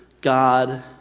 God